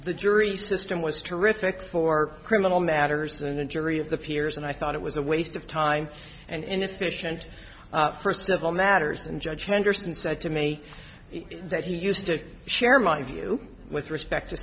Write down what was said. the jury system was terrific for criminal matters than a jury of the peers and i thought it was a waste of time and efficient first of all matters and judge henderson said to me that he used to share my view with respect to